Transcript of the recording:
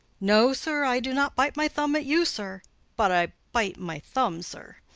no, sir, i do not bite my thumb at you, sir but i bite my thumb, sir.